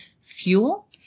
fuel